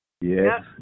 Yes